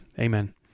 Amen